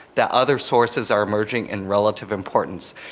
the other sources are emerging in relative importance,